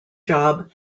job